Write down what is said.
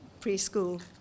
preschool